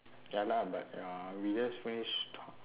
ya lah but uh we just finished talk